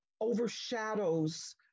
overshadows